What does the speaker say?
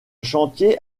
chantier